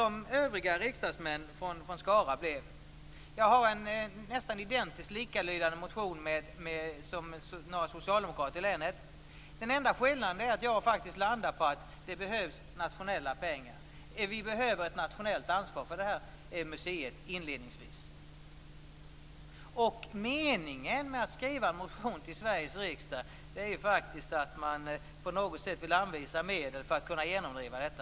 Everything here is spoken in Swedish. Min motion är nästan identisk med en motion från en socialdemokrat i länet. Den enda skillnaden är att jag faktiskt kommer fram till att det behövs nationella pengar och ett nationellt ansvar för museet inledningsvis. Meningen med att skriva en motion till Sveriges riksdag är ju faktiskt att man på något sätt vill anvisa medel för att kunna genomdriva något.